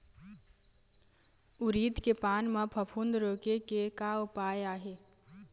उरीद के पान म फफूंद रोके के का उपाय आहे?